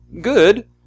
good